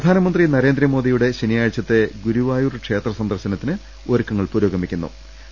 പ്രധാനമന്ത്രി നരേന്ദ്രമോദിയുടെ ശനിയാഴ്ചത്തെ ഗുരു വായൂർ ക്ഷേത്ര ദർശനത്തിന് ഒരുക്കങ്ങൾ പുരോഗമിക്കു ന്നു